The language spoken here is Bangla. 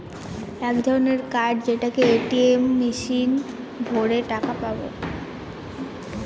এক ধরনের কার্ড যেটাকে এ.টি.এম মেশিনে ভোরে টাকা পাবো